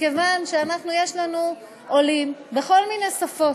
מכיוון שיש לנו עולים בכל מיני שפות,